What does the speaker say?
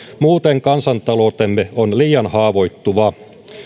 muuten kansantaloutemme on liian haavoittuva